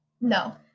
No